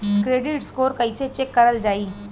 Credit score कइसे check करल जायी?